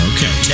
Okay